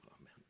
amen